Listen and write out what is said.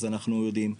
אז אנחנו יודעים.